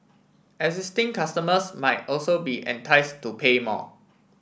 existing customers might also be entice to pay more